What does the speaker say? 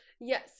Yes